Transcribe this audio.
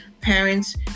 parents